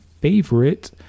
favorite